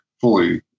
fully